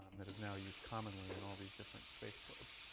and it is now used commonly in all these different space probes.